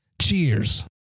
Cheers